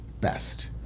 best